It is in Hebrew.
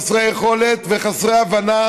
חסרי יכולת וחסרי הבנה